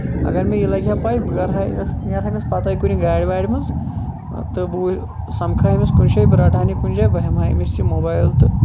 اَگر مےٚ یہِ لگہِ ہا پاے بہٕ کرٕ ہا یہِ بہٕ نیرٕ ہا أمِس پَتَے کُنہِ گاڑِ واڑِ منٛز تہٕ بہٕ وٕچھ ہا بہٕ سَمکھ أمِس کُنہِ جایہِ بہٕ رَٹہٕ ہن یہِ کُنہِ جایہِ بہٕ ہیٚمہٕ ہا أمِس یہِ موبایل تہٕ